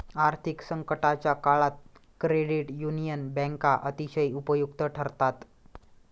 आर्थिक संकटाच्या काळात क्रेडिट युनियन बँका अतिशय उपयुक्त ठरतात